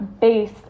base